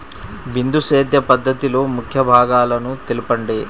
బిందు సేద్య పద్ధతిలో ముఖ్య భాగాలను తెలుపండి?